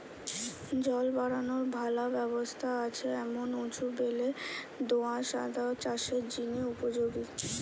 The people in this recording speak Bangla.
জল বারানার ভালা ব্যবস্থা আছে এমন উঁচু বেলে দো আঁশ আদা চাষের জিনে উপযোগী